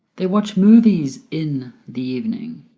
they watch movies in the evening